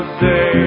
say